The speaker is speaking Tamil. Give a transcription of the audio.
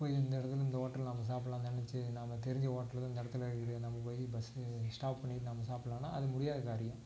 போய் இந்த இடத்துல இந்த ஓட்டலில் நம்ம சாப்பிட்லான்னு நினைச்சு நாம் தெரிஞ்ச ஓட்டலு தான் இந்த இடத்துல இருக்குது நம்ம போய் பஸ்ஸு ஸ்டாப் பண்ணிவிட்டு நம்ம சாப்பிட்லான்னா அது முடியாத காரியம்